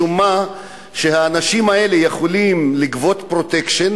משום מה שהאנשים האלה יכולים לגבות "פרוטקשן",